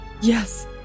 Yes